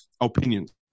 opinions